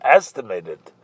estimated